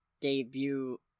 debut